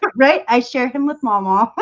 but right i share him with mama but